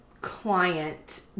client